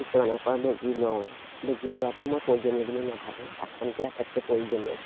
কিছুমানে কয় বেজি লওঁ বেজি লোৱাটো মই প্ৰয়োজনীয় বুলি নেভাবোঁ আসনটোৱেই আটাইতকৈ প্ৰয়োজনীয়